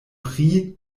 pri